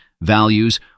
values